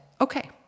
okay